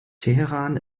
teheran